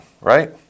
right